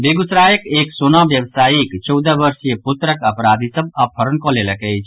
बेगूसरायक एक सोना व्यावसायिक चौदह वर्षीय पुत्रक अपराधी सभ अपहरण कऽ लेलक अछि